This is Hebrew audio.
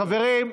חברים,